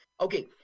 Okay